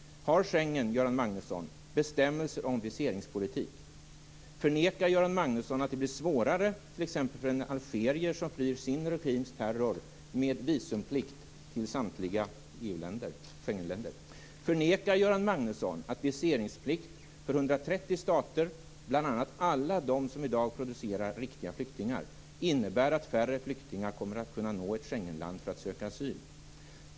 Har Schengen bestämmelser om viseringspolitik? Förnekar Göran Magnusson att det blir svårare, t.ex. för en algerier som flyr sin regims terror, med visumplikt till samtliga Schengenländer? Förnekar Göran Magnusson att viseringsplikt för 130 stater, bl.a. alla de som i dag producerar riktiga flyktingar, innebär att färre flyktingar kommer att kunna nå ett Schengenland för att söka asyl?